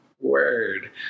word